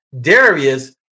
Darius